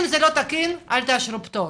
אם זה לא תקין אל תאשרו את הפטור